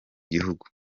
gihugu